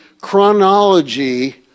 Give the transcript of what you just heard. chronology